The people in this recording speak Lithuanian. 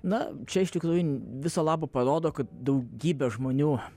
na čia iš tikrųjų viso labo parodo kad daugybė žmonių